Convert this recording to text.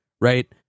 right